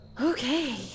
Okay